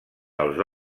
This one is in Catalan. els